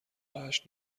جشن